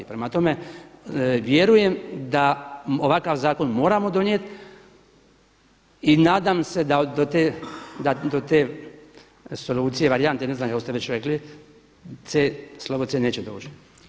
Prema tom, vjerujem da ovakav zakon moramo donijeti i nadam se da do te solucije, varijante, ne znam kako ste već rekli, C, slovo C neće doći.